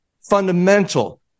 fundamental